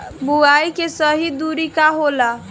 बुआई के सही दूरी का होला?